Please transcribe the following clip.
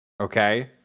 okay